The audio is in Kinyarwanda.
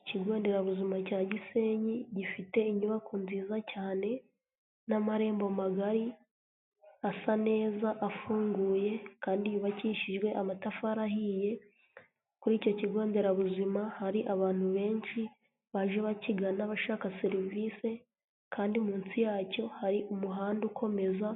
Ikigo nderabuzima cya Gisenyi gifite inyubako nziza cyane n'amarembo magari, asa neza afunguye kandi yubakishijwe amatafari ahiye, kuri icyo kigo nderabuzima hari abantu benshi baje bakigana bashaka serivisi kandi munsi ya cyo hari umuhanda ukomeza